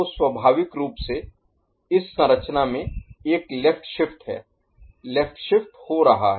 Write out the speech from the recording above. तो स्वाभाविक रूप से इस संरचना में एक लेफ्ट शिफ्ट है लेफ्ट शिफ्ट हो रहा है